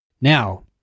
Now